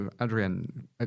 Adrian